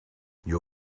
you